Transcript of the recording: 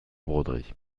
broderie